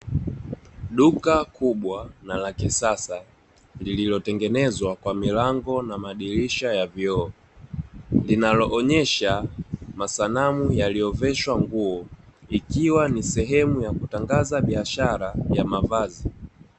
Duka kubwa na la kisasa lililotengenezwa kwa milango na madirisha ya vioo, linaloonesha masanamu yaliyoveshwa nguo, ikiwa ni sehemu ya kutangaza biashara ya mavazi.